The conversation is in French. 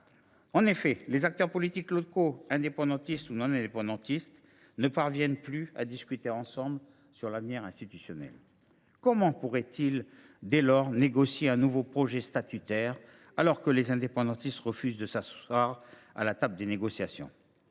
En effet, les acteurs politiques locaux, indépendantistes et non indépendantistes, ne parviennent plus à discuter ensemble de l’avenir institutionnel. Comment pourraient ils dès lors négocier un nouveau projet statutaire, alors que les indépendantistes refusent de s’asseoir à la table des négociations ?